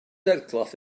headcloth